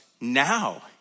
now